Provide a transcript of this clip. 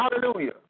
Hallelujah